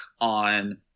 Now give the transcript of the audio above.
on